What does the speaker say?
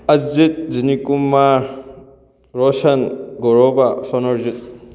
Ajit Jinikumar Roshan Goroba Sonarjit